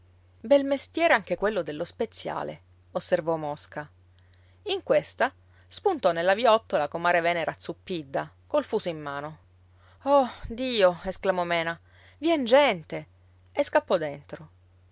bel mestiere anche quello dello speziale osservò mosca in questa spuntò nella viottola comare venera zuppidda col fuso in mano oh dio esclamò mena vien gente e scappò dentro